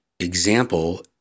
example